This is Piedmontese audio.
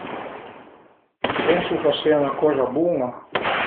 Pensu ch'a sia 'na coza bun-a